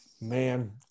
Man